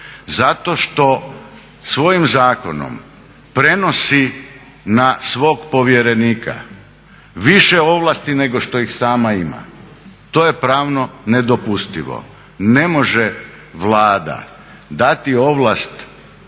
Zato što svojim zakonom prenosi na svog povjerenika više ovlasti nego što ih sama ima. To je pravno nedopustivo. Ne može Vlada dati ovlast svojem